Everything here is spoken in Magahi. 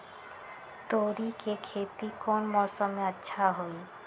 तोड़ी के खेती कौन मौसम में अच्छा होई?